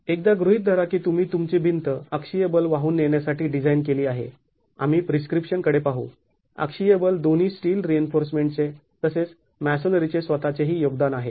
एकदा गृहीत धरा की तुम्ही तुमची भिंत अक्षीय बल वाहून नेण्यासाठी डिझाईन केली आहे आम्ही प्रिस्क्रिप्शन कडे पाहू अक्षीय बल दोन्ही स्टील रिइन्फोर्समेंट चे तसेच मॅसोनरीचे स्वतःचेही योगदान आहे